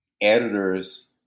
editors